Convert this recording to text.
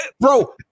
bro